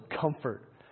comfort